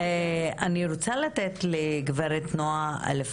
בואי ספרי לנו מה אתם עושים בנושא הזה.